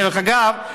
דרך אגב,